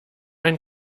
ein